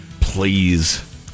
please